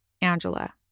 Angela